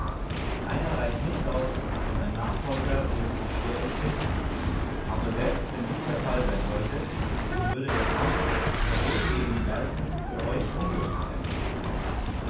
einer reicht nicht aus und ein nachfolger würde sich schwerlich finden aber selbst wenn dies der fall sein sollte so würde der kampf der roten gegen die weißen für euch unglücklich enden